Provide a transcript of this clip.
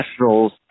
Nationals